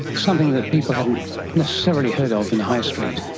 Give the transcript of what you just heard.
something that people hadn't necessarily heard of in the high street,